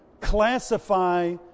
classify